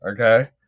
Okay